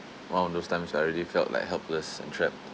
one of those times I really felt like helpless and trapped